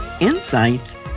insights